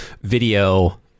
video